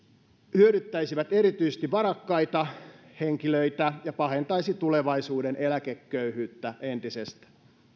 hyödyttäisivät erityisesti varakkaita henkilöitä ja pahentaisivat tulevaisuuden eläkeköyhyyttä entisestään